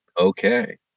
Okay